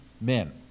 men